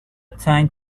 time